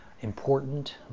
important